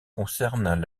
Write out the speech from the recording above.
concernent